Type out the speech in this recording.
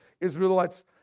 israelites